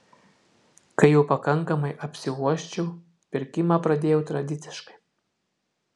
kai jau pakankamai apsiuosčiau pirkimą pradėjau tradiciškai